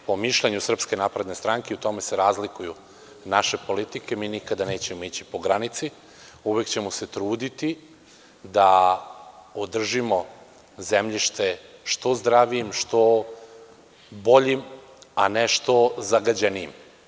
Po mišljenju SNS, u tome se razlikuju naše politike, mi nikada nećemo ići po granici, uvek ćemo se truditi da održimo zemljište što zdravijim, što boljim, a ne što zagađenijim.